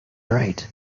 right